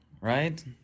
right